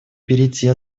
перейти